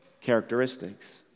characteristics